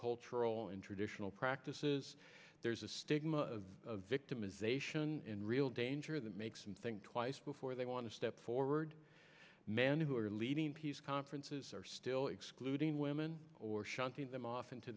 cultural and traditional practices there's a stigma of victimization in real danger that makes them think twice before they want to step forward man who are leading peace conferences are still excluding women or shunting them off into